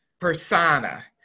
persona